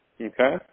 Okay